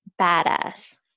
Badass